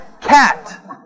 cat